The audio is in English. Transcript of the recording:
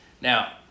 Now